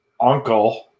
uncle